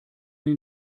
den